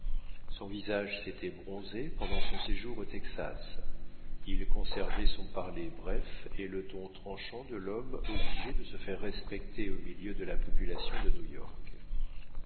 son visage s'était bronzé pendant son séjour au texas il conservait son parler bref et le ton tranchant de l'homme obligé de se faire respecter au milieu de la population de